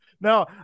no